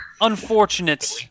unfortunate